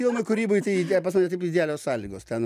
filmui kūryboj tai pas mane taip idealios sąlygos ten